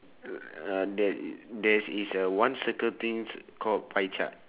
uh there i~ there is a one circle thing called pie chart